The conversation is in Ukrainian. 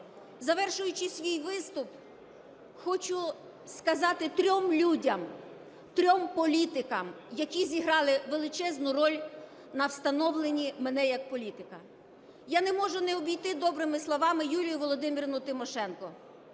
завершуючи свій виступ, хочу сказати трьом людям, трьом політикам, які зіграли величезну роль на становленні мене як політика. Я не можу не обійти добрими словами Юлію Володимирівну Тимошенко,